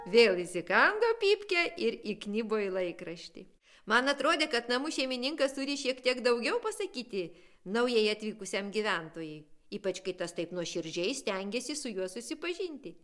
vėl įsikando pypkę ir įknibo į laikraštį man atrodė kad namų šeimininkas turi šiek tiek daugiau pasakyti naujai atvykusiam gyventojui ypač kai tas taip nuoširdžiai stengiasi su juo susipažinti